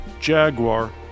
Jaguar